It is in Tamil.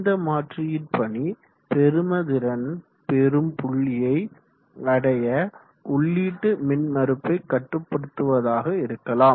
இந்த மாற்றியின் பணி பெரும திறன் பெறும் புள்ளியை அடைய உள்ளீட்டு மின் மறுப்பை கட்டுப்டுத்துவதாக இருக்கலாம்